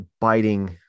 biting